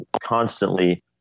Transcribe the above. constantly